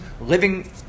living